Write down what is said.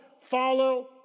follow